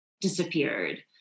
disappeared